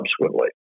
subsequently